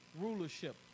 rulership